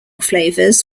flavours